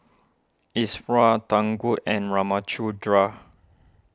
Iswaran Tangu and Ramchundra